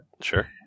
sure